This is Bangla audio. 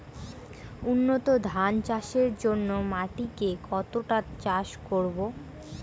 উন্নত ধান চাষের জন্য মাটিকে কতটা চাষ করব?